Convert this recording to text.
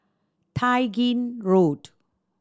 Tai Gin Road